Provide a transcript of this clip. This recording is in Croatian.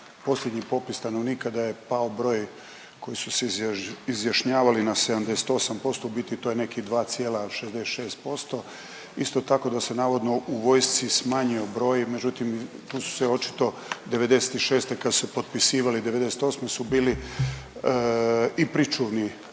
posljednji popis stanovnika da je pao broj koji su se izjašnjavali na 78%. U biti to je nekih 2,66%. Isto tako da se navodno u vojsci smanjio broj, međutim tu su se očito '96. kad su se potpisivali '98. su bili i pričuvni, dakle